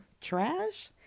trash